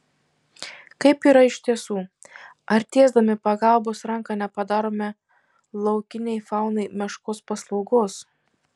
kaip yra iš tiesų ar tiesdami pagalbos ranką nepadarome laukiniai faunai meškos paslaugos